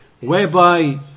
whereby